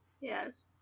Yes